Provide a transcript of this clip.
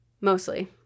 Mostly